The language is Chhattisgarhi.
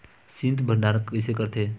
शीत भंडारण कइसे करथे?